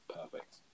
perfect